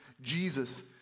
Jesus